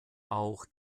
auch